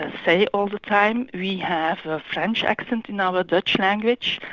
and say all the time, we have a french accent in our dutch language,